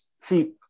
See